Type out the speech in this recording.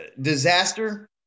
disaster